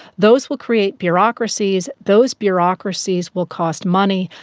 those will create bureaucracies, those bureaucracies will cost money,